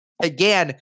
again